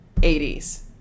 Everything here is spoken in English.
80s